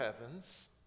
heavens